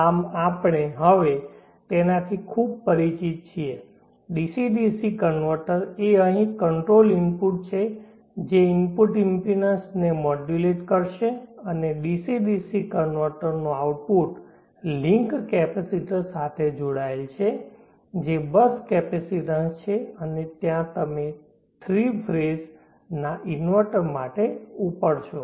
આમ આપણે હવે તેનાથી ખૂબ પરિચિત છીએ ડીસી ડીસી કન્વર્ટર એ અહીં કંટ્રોલ ઇનપુટ છે જે ઇનપુટ ઇમ્પિડન્સ ને મોડ્યુલેટ કરશે અને ડીસી ડીસી કન્વર્ટરનું આઉટપુટ લિંક કેપેસિટર સાથે જોડાયેલ છે જે બસ કેપેસિટીન્સ છે અને ત્યાં તમે 3 થ્રી ફેજ ના ઇન્વર્ટર માટે ઉપડશો